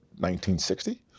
1960